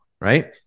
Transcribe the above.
Right